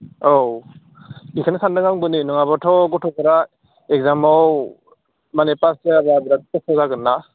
औ बिखायनो सानदों आंबो नै नङाब्लाथ' गथ'फोरा एक्जामाव माने पास जायाब्ला बेराद खस्थ' जागोनना